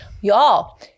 Y'all